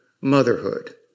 motherhood